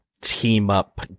team-up